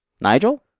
Nigel